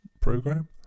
program